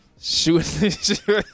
Shooting